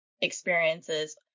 experiences